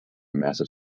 massive